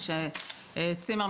צימר,